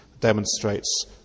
demonstrates